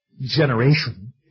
generation